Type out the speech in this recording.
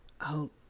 out